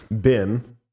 bin